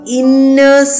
inner